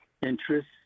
interest